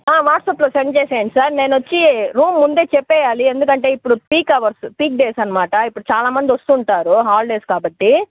వాట్సట్స్ప్లో send చేసేయండి sir నేనొచ్చి room ముందే చెప్పేయాలి ఎందుకంటే ఇప్పుడు పీక్ అవర్స్ పీక్ డేస్ అనమాట ఇప్పుడు చాలామంది వస్తుంటారు హాలిడేస్ కాబట్టి